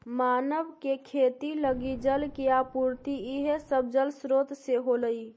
मानव के खेती लगी जल के आपूर्ति इहे सब जलस्रोत से होलइ